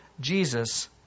Jesus